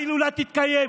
וההילולה תתקיים.